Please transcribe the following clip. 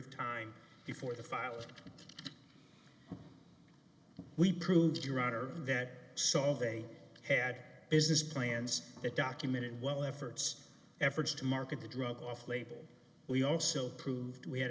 of time before the fire out we proved your honor that so they had business plans that documented well efforts efforts to market the drug off label we also proved we had